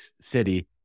City